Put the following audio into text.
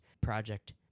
Project